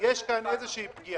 אלא מה תגידו למשל?